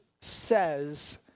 says